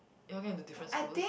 you all get into different schools